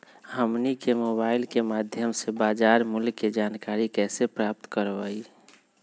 हमनी के मोबाइल के माध्यम से बाजार मूल्य के जानकारी कैसे प्राप्त करवाई?